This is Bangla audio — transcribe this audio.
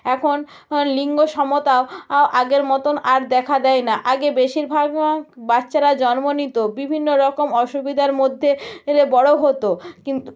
এখন অন লিঙ্গ সমতাও আ আগের মতন আর দেখা দেয় না আগে বেশিরভাগ আগ বাচ্চারা জন্ম নিত বিভিন্ন রকম অসুবিধার মধ্যে রে বড় হতো কিন্তু